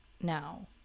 now